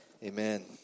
Amen